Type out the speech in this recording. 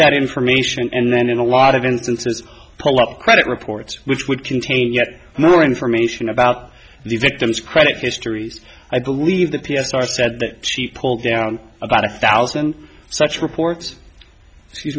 that information and then in a lot of instances pull up credit reports which would contain yet more information about the victim's credit histories i believe the p s r said that she pulled down about a thousand such report